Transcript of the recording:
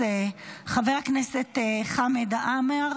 ושיהיה ברור: הסתה לאלימות היא פסולה משני הכיוונים,